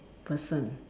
person